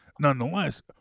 Nonetheless